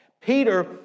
Peter